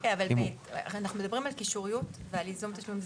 הרי אנחנו מדברים על קישוריות ועל ייזום תשלומים.